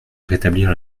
rétablir